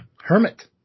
Hermit